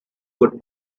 could